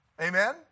Amen